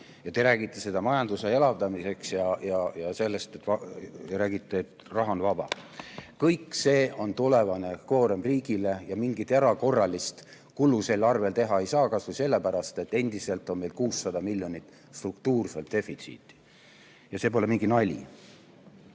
Ja te räägite seda majanduse elavdamisest ja te räägite, et raha on vaba. Kõik see on tulevane koorem riigile ja mingit erakorralist kulu selle arvel teha ei saa, kasvõi sellepärast, et endiselt on meil 600 miljonit struktuurset defitsiiti. Ja see pole mingi